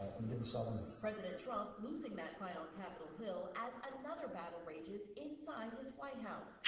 and didn't sell them. president trump losing that fight on capitol hill as another battle rages inside his white house.